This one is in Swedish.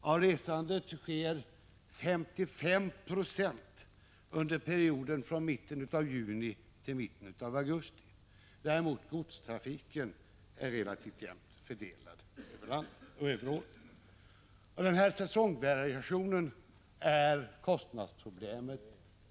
Ca 55 96 av resandet är förlagt till perioden från mitten av juni till mitten av augusti. Däremot är godstrafiken relativt jämnt fördelad över året. I säsongvariationen ligger hela förklaringen till kostnadsproblemet.